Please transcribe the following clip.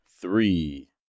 three